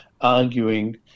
arguing